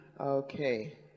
Okay